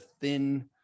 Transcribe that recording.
thin